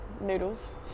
noodles